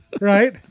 Right